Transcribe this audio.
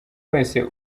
wese